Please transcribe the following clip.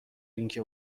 اینکه